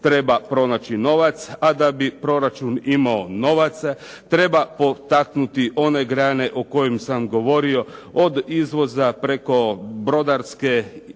treba pronaći novac, a da bi proračun imao novaca treba potaknuti one grane o kojim sam govorio, od izvoza preko brodarske, tekstilne,